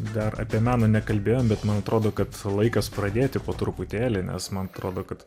dar apie meną nekalbėjom bet man atrodo kad laikas pradėti po truputėlį nes man atrodo kad